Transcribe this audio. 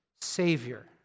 Savior